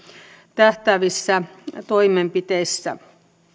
tähtäävissä toimenpiteissä